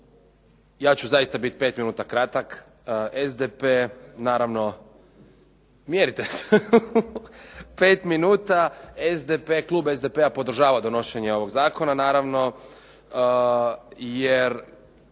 Ja ću zaista biti 5 minuta kratak, SDP naravno, mjerite 5 minuta. Klub SDP-a podržava donošenje ovog zakona naravno jer